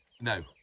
No